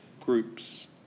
groups